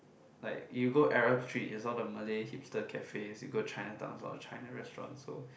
like you go Arab Street it's all the Malay hipster cafes you go Chinatown it's all the China restaurants so